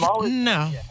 No